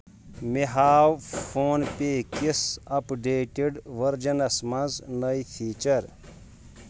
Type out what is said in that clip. مےٚ ہاو فون پے کِس اپ ڈیڈیٹ ؤرجنَس منٛز نٔے فیچر